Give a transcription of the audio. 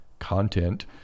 content